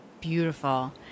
Beautiful